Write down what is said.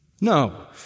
No